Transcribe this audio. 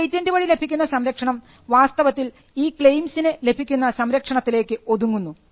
ഒരു പെയിറ്റൻറ് വഴി ലഭിക്കുന്ന സംരക്ഷണം വാസ്തവത്തിൽ ഈ ക്ലെയിംസിന് ലഭിക്കുന്ന സംരക്ഷണത്തിലേക്ക് ഒതുങ്ങുന്നു